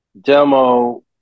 demo